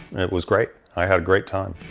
it was great. i had a great time.